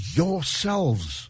yourselves